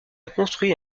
construit